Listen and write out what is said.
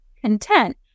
content